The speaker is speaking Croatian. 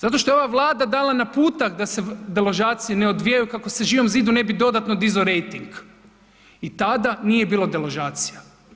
Zato što je ova Vlada dala naputak da se deložacije ne odvijaju kako se Živom zidu ne bi dodatno dizao rejting i tada nije bilo deložacija.